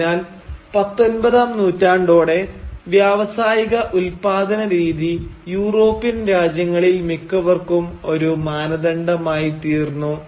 അതിനാൽ പത്തൊൻപതാം നൂറ്റാണ്ടോടെ വ്യാവസായിക ഉൽപാദന രീതി യൂറോപ്യൻ രാജ്യങ്ങളിൽ മിക്കവർക്കും ഒരു മാനദണ്ഡമായിത്തീർന്നു